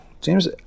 James